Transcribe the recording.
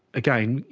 again,